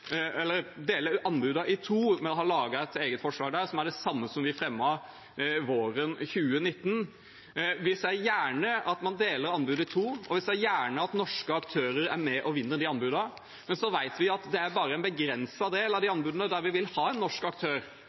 i to, men har laget et eget forslag der, som er det samme som vi fremmet våren 2019. Vi ser gjerne at man deler anbudene i to, og vi ser gjerne at norske aktører er med og vinner de anbudene, men vi vet at det er bare for en begrenset del av de anbudene vi vil ha en norsk aktør